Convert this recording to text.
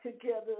together